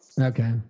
Okay